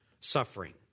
suffering